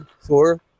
four